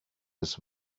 this